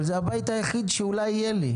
אבל זה הבית היחיד שיהיה לי.